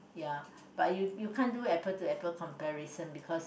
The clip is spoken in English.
ya but you you can't do apple to apple comparison because